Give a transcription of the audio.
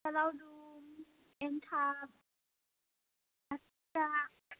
लावदुम एनथाब आसि फिथा